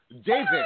David